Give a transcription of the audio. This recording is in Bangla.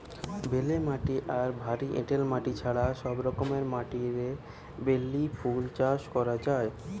বেলে মাটি আর ভারী এঁটেল মাটি ছাড়া সব রকমের মাটিরে বেলি ফুল চাষ করা যায়